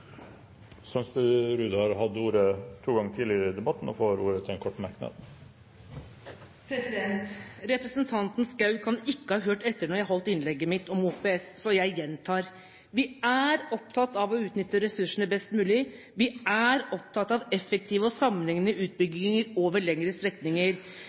har hatt ordet to ganger og får ordet til en kort merknad, begrenset til 1 minutt. Representanten Schou kan ikke ha hørt etter da jeg holdt innlegget mitt om OPS, så jeg gjentar: Vi er opptatt av å utnytte ressursene best mulig, vi er opptatt av effektive og sammenhengende utbygginger over lengre strekninger.